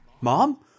Mom